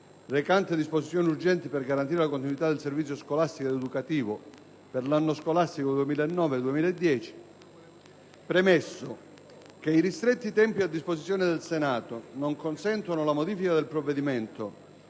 recante disposizioni urgenti per garantire la continuità del servizio scolastico ed educativo per l'anno scolastico 2009-2010», premesso che i ristretti tempi a disposizione del Senato non consentono la modifica del provvedimento